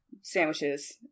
sandwiches